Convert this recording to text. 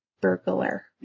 burglar